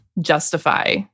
justify